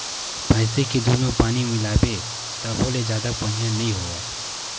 भइसी के दूद म पानी मिलाबे तभो ले जादा पनियर नइ होवय